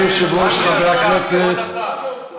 אדוני היושב-ראש, חברי הכנסת, כבוד השר,